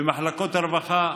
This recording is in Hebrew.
במחלקות הרווחה.